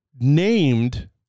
named